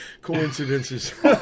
Coincidences